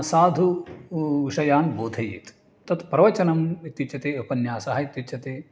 साधुः विषयान् बोधयेत् तत् प्रवचनम् इत्युच्यते उपन्यासः इत्युच्यते